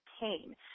pain